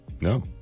No